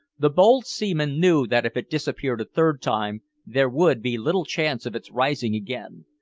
the bold seaman knew that if it disappeared a third time there would be little chance of its rising again.